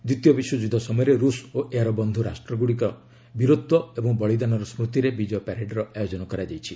ଦ୍ୱିତୀୟ ବିଶ୍ୱଯୁଦ୍ଧ ସମୟରେ ରୁଷ୍ ଓ ଏହାର ବନ୍ଧୁ ରାଷ୍ଟ୍ରଗୁଡ଼ିକର ବୀରତ୍ପ ଏବଂ ବଳିଦାନର ସ୍ତତିରେ ବିଜୟ ପ୍ୟାରେଡର ଆୟୋଜନ କରାଯାଇଛି